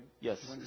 Yes